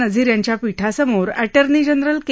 नझीर यांच्या पीठासमोर attorney general के